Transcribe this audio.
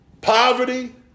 Poverty